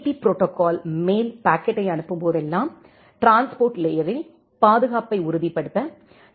B protocol மேல் பாக்கெட்டை அனுப்பும்போதெல்லாம் டிரான்ஸ்போர்ட் லேயரில் பாதுகாப்பை உறுதிப்படுத்த டி